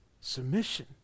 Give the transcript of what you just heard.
submission